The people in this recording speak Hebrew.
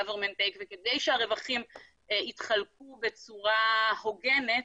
government take וכדי שהרווחים יתחלקו בצורה הוגנת,